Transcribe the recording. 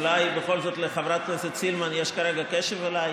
אולי בכל זאת לחברת הכנסת סילמן יש כרגע קשב אליי.